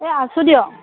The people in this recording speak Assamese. এই আছো দিয়ক